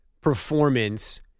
performance